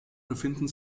befinden